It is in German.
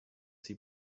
sie